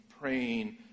praying